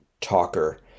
talker